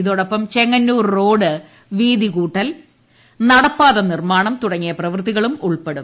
ഇതോടൊപ്പം ചെങ്ങന്നൂർ റോഡ് വീതി കൂട്ടൽ നടപ്പാത നിർമ്മാണം തുടങ്ങിയ പ്രവൃത്തികളും ഉൾപ്പെടും